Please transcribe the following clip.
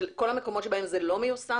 של כל המקומות שבהם זה לא מיושם?